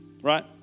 right